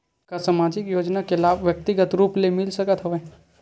का सामाजिक योजना के लाभ व्यक्तिगत रूप ले मिल सकत हवय?